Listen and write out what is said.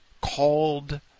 called